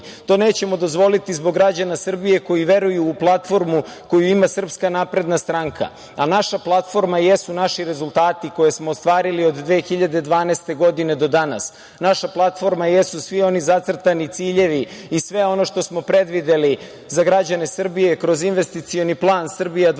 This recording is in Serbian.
To nećemo dozvoliti zbog građana Srbije koji veruju u platformu koju ima SNS, a naša platforma jesu naši rezultati koje smo ostvarili od 2012. godine do danas. Naša platforma jesu svi oni zacrtani ciljevi i sve ono što smo predvideli za građane Srbije kroz Investicioni plan „Srbija 2025“,